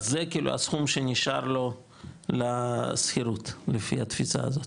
אז זה כאילו הסכום שנשאר לו לשכירות לפי התפיסה הזאת.